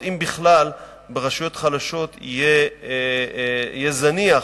אם בכלל, ברשויות החלשות, יהיה זניח